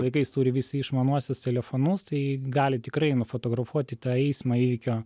laikais turi visi išmaniuosius telefonus tai gali tikrai nufotografuoti tą eismo įvykio